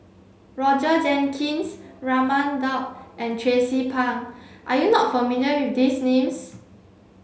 Roger Jenkins Raman Daud and Tracie Pang are you not familiar with these names